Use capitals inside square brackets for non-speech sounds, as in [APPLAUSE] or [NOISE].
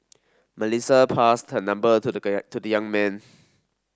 Melissa passed her number to [UNINTELLIGIBLE] the young man